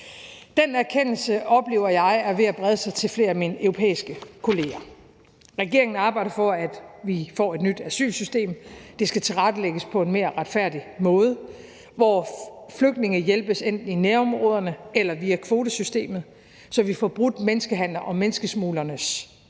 Den erkendelse oplever jeg er ved at brede sig til flere af mine europæiske kolleger. Regeringen arbejder for, at vi får et nyt asylsystem, og det skal tilrettelægges på en mere retfærdig måde, hvor flygtninge hjælpes enten i nærområderne eller via kvotesystemet, så vi får brudt menneskehandlernes og menneskesmuglernes måde